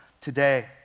today